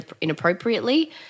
inappropriately